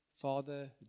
father